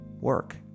work